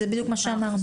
זה בדיוק מה שאמרנו.